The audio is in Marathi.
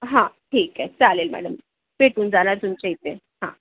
हां ठीक आहे चालेल मॅडम भेटून जाणार तुमच्या इथे हां